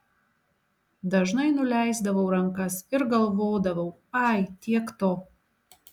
dažnai nuleisdavau rankas ir galvodavau ai tiek to